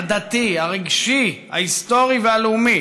הדתי, הרגשי, ההיסטורי והלאומי